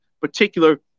particular